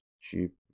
cheap